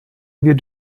wir